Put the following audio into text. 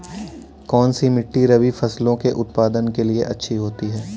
कौनसी मिट्टी रबी फसलों के उत्पादन के लिए अच्छी होती है?